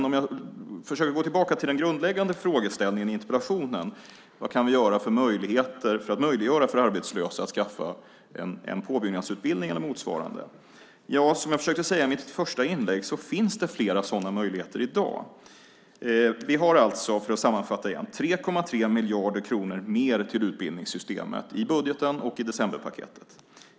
Om jag försöker gå tillbaka till den grundläggande frågeställningen i interpellationen - vad vi kan göra för att arbetslösa ska ha möjlighet att skaffa sig en påbyggnadsutbildning eller motsvarande - vill jag upprepa det som jag försökte säga i mitt första inlägg, nämligen att det finns flera sådana möjligheter i dag. För att åter sammanfatta har vi alltså 3,3 miljarder kronor mer till utbildningssystemet i budgeten och i decemberpaketet.